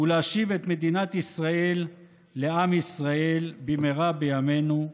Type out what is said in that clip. ולהשיב את מדינת ישראל לעם ישראל במהרה בימינו.